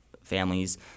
families